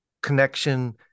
connection